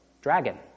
dragon